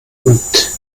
und